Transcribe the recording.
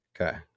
Okay